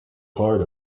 part